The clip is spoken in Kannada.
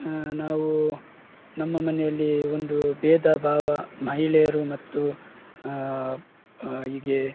ನಾವೂ ನಮ್ಮ ಮನೆಯಲ್ಲಿ ಒಂದೂ ಭೇದ ಭಾವ ಮಹಿಳೆಯರು ಮತ್ತು ಈಗೇ